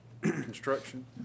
construction